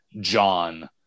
John